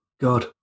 God